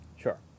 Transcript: Sure